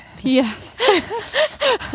Yes